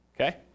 okay